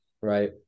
Right